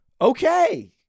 Okay